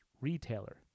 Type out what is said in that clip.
retailer